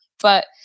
But-